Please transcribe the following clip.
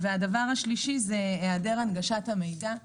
הבעיה השלישית זה היעדר הנגשת המידע.